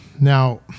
Now